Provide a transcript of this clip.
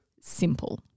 simple